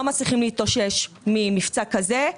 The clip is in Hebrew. לא מצליחים להתאושש ממבצע כזה.